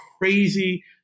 crazy